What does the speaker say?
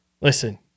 Listen